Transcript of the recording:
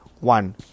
one